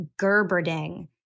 Gerberding